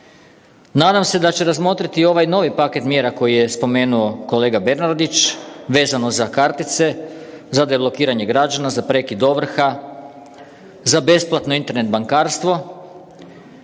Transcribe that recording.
Nadam se da će razmotriti i ovaj novi paket mjera koji je spomenuo kolega Bernardić, vezano za kartice, za deblokiranje građana, za prekid ovrha, za besplatno Internet bankarstvo.